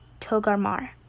Togarmar